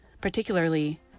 particularly